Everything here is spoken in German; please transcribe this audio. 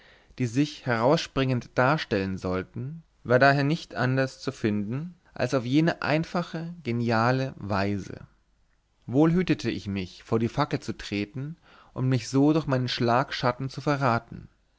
die sich herausspringend darstellen sollten war daher nicht anders zu finden als auf jene einfache geniale weise wohl hütete ich mich vor die fackel zu treten und mich so durch meinen schlagschatten zu verraten